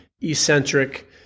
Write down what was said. eccentric